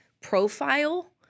profile